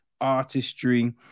artistry